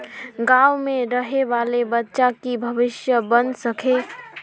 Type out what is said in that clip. गाँव में रहे वाले बच्चा की भविष्य बन सके?